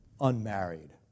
unmarried